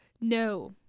No